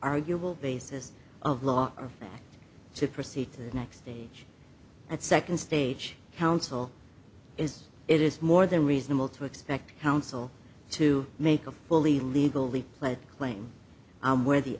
arguable basis of law or fact to proceed to the next stage at second stage counsel is it is more than reasonable to expect counsel to make a fully legally pled claim where the